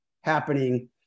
happening